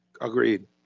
agreed